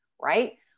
right